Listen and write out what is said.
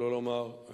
שלא לומר,